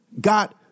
got